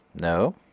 no